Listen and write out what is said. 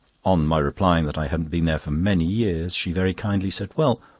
on my replying that i hadn't been there for many years, she very kindly said well,